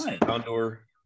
Condor